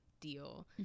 deal